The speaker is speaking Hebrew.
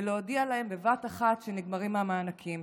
ולהודיע להם בבת אחת שנגמרים המענקים.